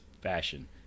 fashion